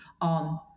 on